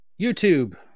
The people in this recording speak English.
YouTube